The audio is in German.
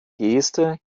geste